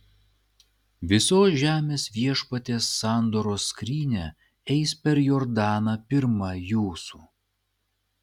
visos žemės viešpaties sandoros skrynia eis per jordaną pirma jūsų